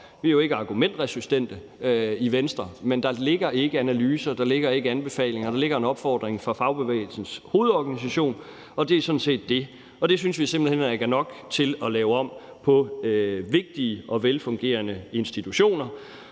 Vi er jo ikke argumentresistente i Venstre, men der ligger ikke analyser; der ligger ikke anbefalinger. Der ligger en opfordring fra Fagbevægelsens Hovedorganisation, og det er sådan set det. Og det synes vi simpelt hen ikke er nok til at lave om på vigtige og velfungerende institutioner.